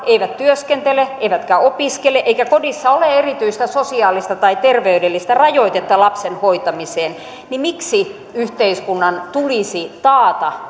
eivät työskentele eivätkä opiskele eikä kodissa ole erityistä sosiaalista tai terveydellistä rajoitetta lapsen hoitamiseen niin miksi yhteiskunnan tulisi taata